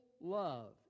love